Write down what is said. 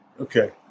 Okay